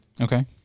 okay